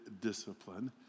discipline